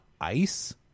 ice